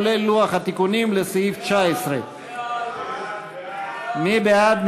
כולל לוח התיקונים לסעיף 19. מי בעד?